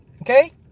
Okay